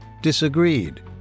disagreed